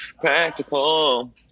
practical